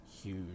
huge